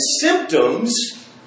symptoms